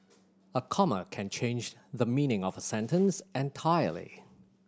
a comma can change the meaning of a sentence entirely